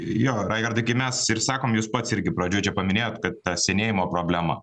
jo raigardai kai mes ir sakom jūs pats irgi pradžioj čia paminėjot kad ta senėjimo problema